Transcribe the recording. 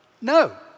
No